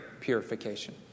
purification